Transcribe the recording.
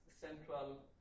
Central